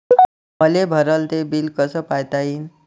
मले भरल ते बिल कस पायता येईन?